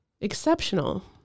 exceptional